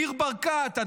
ניר ברקת,